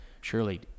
Surely